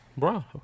Bruh